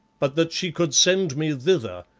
but that she could send me thither,